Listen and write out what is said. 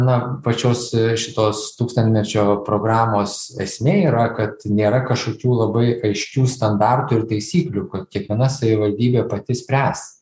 na pačios šitos tūkstantmečio programos esmė yra kad nėra kažkokių labai aiškių standartų ir taisyklių kad kiekviena savivaldybė pati spręs